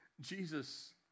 Jesus